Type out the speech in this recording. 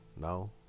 no